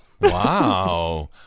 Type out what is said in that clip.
Wow